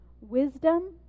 wisdom